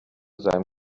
seinem